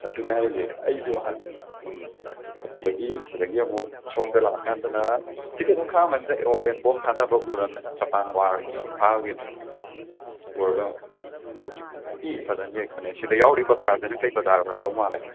ꯑꯗꯨꯅꯦ ꯍꯥꯏꯁꯦ ꯑꯩꯁꯨ ꯍꯥꯟꯅ ꯎꯝ ꯑꯗꯨꯗꯒꯤ ꯁꯤꯗꯒꯤ ꯑꯃꯨꯛ ꯁꯣꯝꯗ ꯂꯥꯛꯑꯀꯥꯟꯗꯅ ꯁꯤꯗꯤ ꯑꯗꯨꯝ ꯈꯡꯉꯝꯃꯅꯤꯗ ꯑꯦꯔꯣꯄ꯭ꯂꯦꯟ ꯕꯣꯝ ꯊꯥꯗꯕ ꯎꯔꯝꯅꯤ ꯖꯄꯥꯟ ꯋꯥꯔꯒꯤ ꯏꯝꯐꯥꯜꯒꯤ ꯎꯔꯕ ꯌꯦꯡꯉꯣ ꯁꯤ ꯐꯖꯅ ꯌꯦꯛꯄꯅꯦ ꯁꯤꯗ ꯌꯥꯎꯔꯤ ꯕꯖꯥꯔꯁꯤꯅ ꯀꯔꯤ ꯕꯖꯥꯔ ꯑꯣꯏꯔꯝꯗꯧ ꯃꯥꯜꯂꯦ